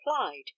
applied